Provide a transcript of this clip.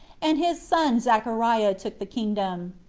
and his son zachariah took the kingdom.